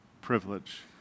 privilege